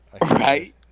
right